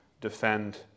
defend